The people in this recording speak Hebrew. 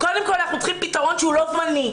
קודם כל אנחנו צריכים פתרון שהוא לא זמני.